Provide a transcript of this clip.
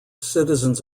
citizens